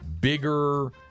bigger